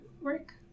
work